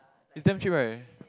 is damn cheap right